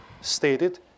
stated